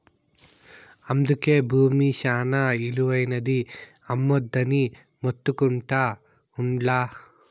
అందుకే బూమి శానా ఇలువైనది, అమ్మొద్దని మొత్తుకుంటా ఉండ్లా